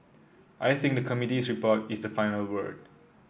I think the committee's report is the final word